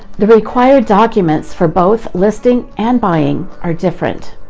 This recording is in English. the required documents for both listing and buying are different.